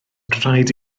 raid